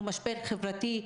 הוא משבר חברתי,